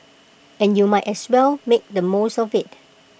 and you might as well make the most of IT